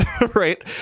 right